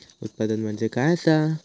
उत्पादन म्हणजे काय असा?